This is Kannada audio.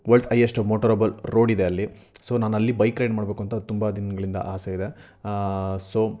ವಲ್ಡ್ಸ್ ಐಯೆಸ್ಟು ಮೋಟೊರೋಬಲ್ ರೋಡ್ ಇದೆ ಅಲ್ಲಿ ಸೋ ನಾನು ಅಲ್ಲಿ ಬೈಕ್ ರೈಡ್ ಮಾಡ್ಬೇಕು ಅಂತ ತುಂಬ ದಿನಗಳಿಂದ ಆಸೆ ಇದೆ ಸೋ